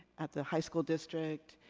at the high school district,